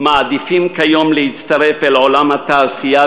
מעדיפים כיום להצטרף אל עולם התעשייה,